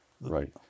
right